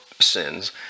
sins